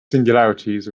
singularities